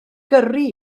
gyrru